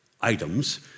items